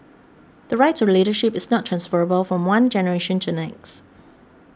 the right to the leadership is not transferable from one generation to the next